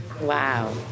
Wow